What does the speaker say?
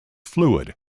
fluid